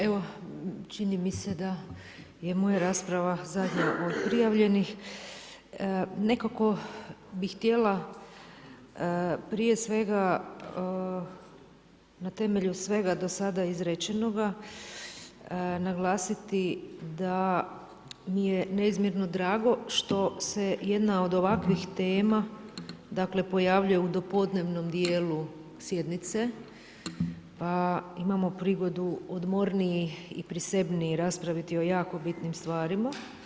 Evo čini mi se da je moja rasprava zadnja od prijavljenih, nekako bih htjela prije svega na temelju svega do sada izrečenoga naglasiti da mi je neizmjerno drago što se jedna od ovakvih tema pojavljuje u dopodnevnom djelu sjednice pa imamo prigodu odmorniji i prisebniji raspraviti o jako bitnim stvarima.